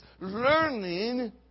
learning